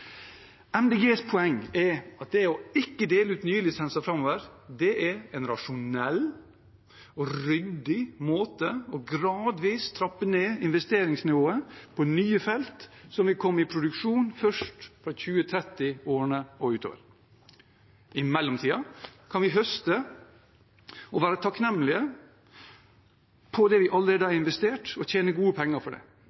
poeng er at det ikke å dele ut nye lisenser framover er en rasjonell og ryddig måte for gradvis å trappe ned investeringsnivået på nye felt som vil komme i produksjon først fra 2030-årene og utover. I mellomtiden kan vi høste av og være takknemlige for det vi allerede